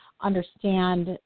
understand